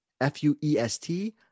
F-U-E-S-T